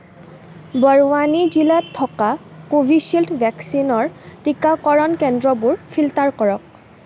বৰৱানী জিলাত থকা কোভিচিল্ড ভেকচিনৰ টীকাকৰণ কেন্দ্ৰবোৰ ফিল্টাৰ কৰক